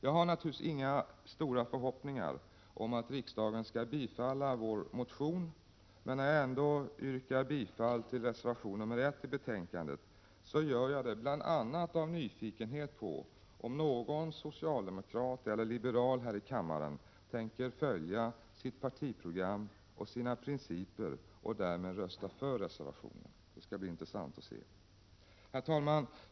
Jag har naturligtvis inga stora förhoppningar om att riksdagen skall bifalla vår motion, men när jag ändå yrkar bifall till reservation 1 i betänkandet gör jag det bl.a. av nyfikenhet på om någon socialdemokrat eller liberal här i kammaren tänker följa sitt partiprogram och sina principer och därmed rösta för reservationen. Det skall bli intressant att se. Herr talman!